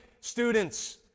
students